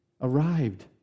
arrived